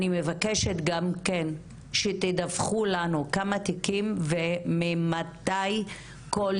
אני מבקשת גם שתדווחו לנו כמה תיקים וממתי כל